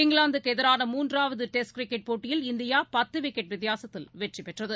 இங்கிலாந்துக்குஎதிரான மூன்றாவதுடெஸ்ட் கிரிக்கெட் போட்டியில் இந்தியாபத்துவிக்கெட் வித்தியாசத்தில் வெற்றிபெற்றது